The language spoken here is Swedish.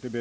Den